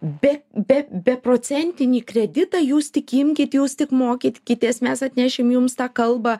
be be beprocentinį kreditą jūs tik imkit jūs tik mokykitės mes atnešim jums tą kalbą